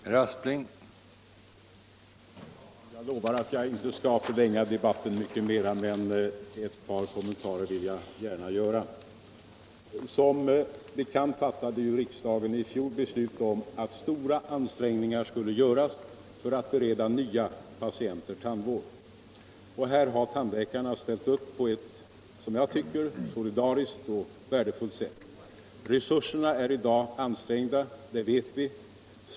Herr talman! Jag lovar att jag inte skall förlänga debatten mycket mera, men ett par kommentarer vill jag gärna göra. Som bekant fattade riksdagen i fjol beslut om att stora ansträngningar skall göras för att bereda nya patienter tandvård. Här har tandläkarna ställt upp på ett som jag tycker solidariskt och värdefullt sätt. Resurserna är i dag ansträngda, det vet vi.